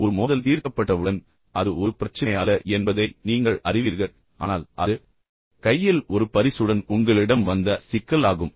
ஒரு மோதல் தீர்க்கப்பட்டவுடன் அது உண்மையில் ஒரு பிரச்சினை அல்ல என்பதை நீங்கள் அறிவீர்கள் ஆனால் அது கையில் ஒரு பரிசுடன் உங்களிடம் வந்த சிக்கல் ஆகும்